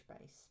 base